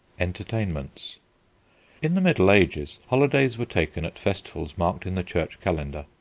entertainments in the middle ages holidays were taken at festivals marked in the church calendar.